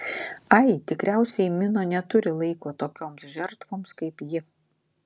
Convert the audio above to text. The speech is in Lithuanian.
ai tikriausiai mino neturi laiko tokioms žertvoms kaip ji